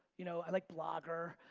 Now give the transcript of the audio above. you know i like blogger,